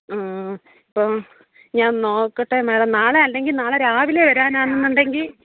ഇപ്പം ഞാൻ നോക്കട്ടെ മാഡം നാളെ അല്ലെങ്കിൽ നാളെ രാവിലെ വരനാണെന്നുണ്ടെങ്കിൽ